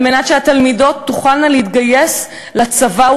כדי שהתלמידות תוכלנה להתגייס לצבא,